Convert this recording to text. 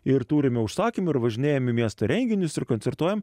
ir turime užsakymų ir važinėjam į miesto renginius ir koncertuojam